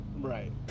Right